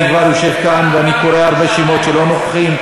אני כבר יושב כאן ואני קורא הרבה שמות שלא נוכחים.